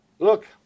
Look